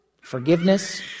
Forgiveness